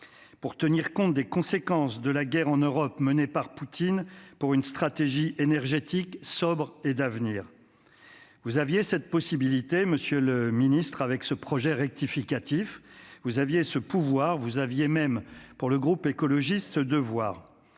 pour tenir compte des conséquences de la guerre en Europe menée par Poutine, pour suivre une stratégie énergétique sobre et d'avenir. Vous aviez cette possibilité, monsieur le ministre, avec ce PLFR. Vous aviez ce pouvoir. Vous aviez même, selon le groupe écologiste, ce devoir.